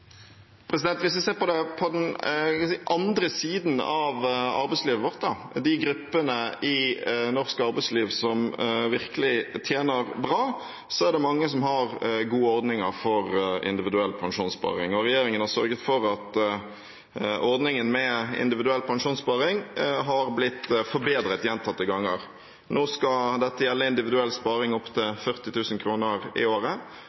Hvis vi ser på det fra den andre siden av arbeidslivet vårt, de gruppene i norsk arbeidsliv som virkelig tjener bra, er det mange som har gode ordninger for individuell pensjonssparing. Regjeringen har sørget for at ordningen med individuell pensjonssparing har blitt forbedret gjentatte ganger. Nå skal dette gjelde individuell sparing opp til 40 000 kr i året,